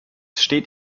steht